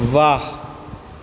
वाह